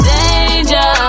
Danger